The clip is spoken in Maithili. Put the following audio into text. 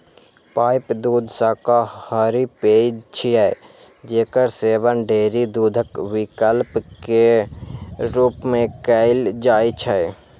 पाइप दूध शाकाहारी पेय छियै, जेकर सेवन डेयरी दूधक विकल्प के रूप मे कैल जाइ छै